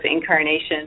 incarnation